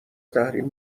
تحریم